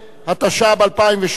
התשע"ב 2012,